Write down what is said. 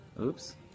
Oops